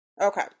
Okay